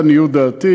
לעניות דעתי